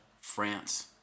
France